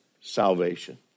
salvation